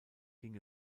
ging